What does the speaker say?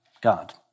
God